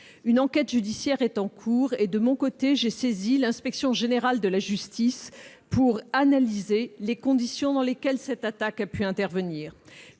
Une enquête judiciaire est en cours et, de mon côté, j'ai saisi l'Inspection générale de la justice pour analyser les conditions dans lesquelles cette attaque a pu intervenir.